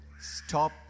Stop